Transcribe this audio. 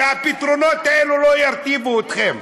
שהפתרונות האלה לא ירטיבו אתכם.